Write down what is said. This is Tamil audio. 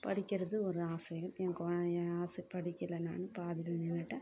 படிக்கிறது ஒரு ஆசைகள் என் கொழ என் ஆசை படிக்கலை நான் பாதியில் நின்னுட்டேன்